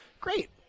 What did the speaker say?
Great